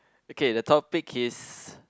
okay the topic is